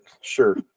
sure